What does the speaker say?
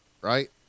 right